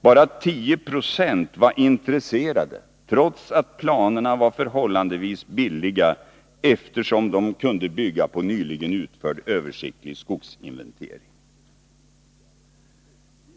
Bara 1090 var intresserade, trots att planerna var förhållandevis billiga, eftersom de kunde bygga på nyligen utförd översiktlig skogsinventering.